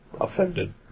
offended